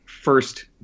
first